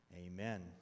Amen